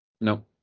No